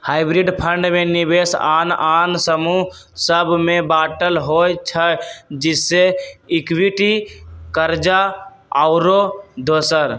hybrid fund में निवेश आन आन समूह सभ में बाटल होइ छइ जइसे इक्विटी, कर्जा आउरो दोसर